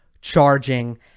charging